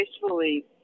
gracefully